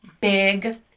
big